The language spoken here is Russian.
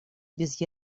без